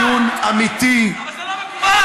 אדוני היושב-ראש, זה לא מקובל.